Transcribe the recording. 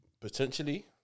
potentially